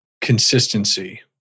consistency